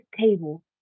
table